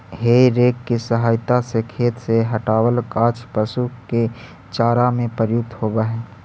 हेइ rake के सहायता से खेत से हँटावल गाछ पशु के चारा में प्रयुक्त होवऽ हई